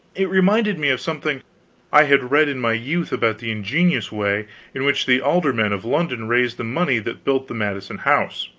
it reminded me of something i had read in my youth about the ingenious way in which the aldermen of london raised the money that built the mansion house.